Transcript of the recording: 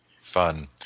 Fun